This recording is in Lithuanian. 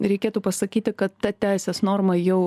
reikėtų pasakyti kad ta teisės norma jau